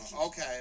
Okay